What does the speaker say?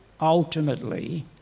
ultimately